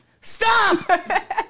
Stop